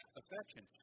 affection